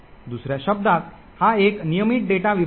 दुसऱ्या शब्दांत हा एक नियमित डेटा विभाग आहे